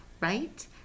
right